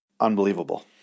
unbelievable